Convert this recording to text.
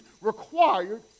required